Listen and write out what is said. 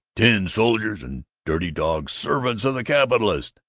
tin soldiers, and dirty dogs servants of the capitalists!